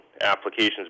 applications